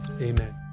amen